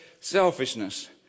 selfishness